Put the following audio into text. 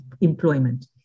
employment